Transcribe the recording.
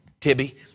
Tibby